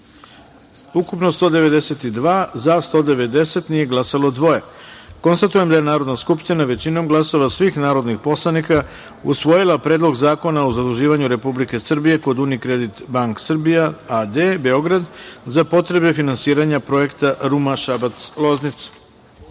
poslanika, za – 190, nije glasalo dvoje. Konstatujem da je Narodna skupština većinom glasova svih narodnih poslanika usvojila Predlog zakona o zaduživanju Republike Srbije UniCredit Bank Srbija, A.D. Beograd za potrebe finansiranja Projekta Ruma – Šabac –